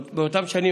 באותן שנים,